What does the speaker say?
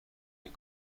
این